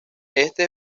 este